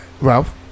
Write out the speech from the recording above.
Ralph